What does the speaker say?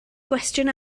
gwestiwn